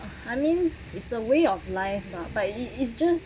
I mean it's a way of life lah but it it's just